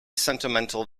sentimental